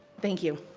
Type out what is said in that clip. thank you.